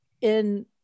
in-